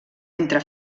entre